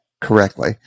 correctly